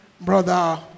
Brother